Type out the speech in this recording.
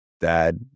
Dad